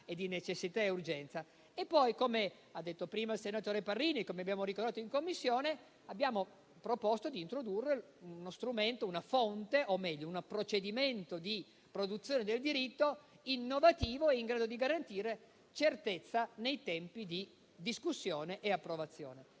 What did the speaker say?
necessità e urgenza. E poi - come ha detto prima il senatore Parrini e come abbiamo ricordato in Commissione - abbiamo proposto di introdurre uno strumento, una fonte o, meglio, un procedimento di produzione del diritto innovativo e in grado di garantire certezza nei tempi di discussione e approvazione.